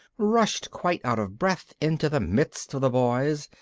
rushed, quite out of breath, into the midst of the boys,